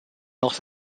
los